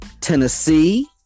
Tennessee